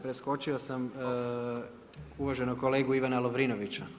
Preskočio sam uvaženog kolegu Ivana Lovrinovića.